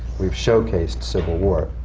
we've showcased civil war.